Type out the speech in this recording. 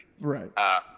Right